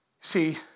See